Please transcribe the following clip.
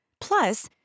Plus